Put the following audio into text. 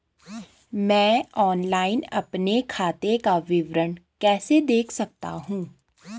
मैं ऑनलाइन अपने खाते का विवरण कैसे देख सकता हूँ?